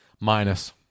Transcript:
Minus